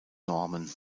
normen